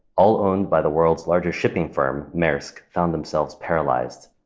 all owned by the world's largest shipping firm, maersk, found themselves paralyzed.